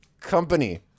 company